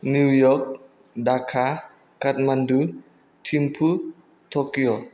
new York Dhaka Kathmandu Thimphu Tokyo